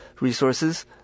resources